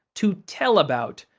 to tell about,